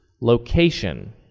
location